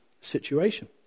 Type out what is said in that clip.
situation